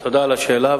תודה על השאלה.